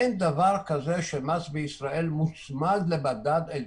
אין דבר כזה שמס בישראל מוצמד לאיזה